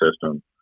system